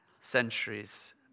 centuries